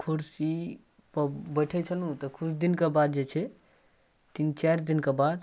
कुरसीपर बैठै छलहुँ तऽ किछु दिनके बाद जे छै तीन चारि दिनके बाद